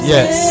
Yes